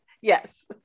yes